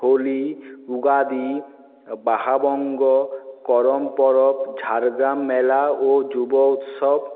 হোলি উগাদি বাহাবঙ্গ করম পরব ঝাড়গ্রাম মেলা ও যুব উৎসব